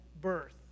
birth